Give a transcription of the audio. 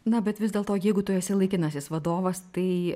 na bet vis dėlto jeigu tu esi laikinasis vadovas tai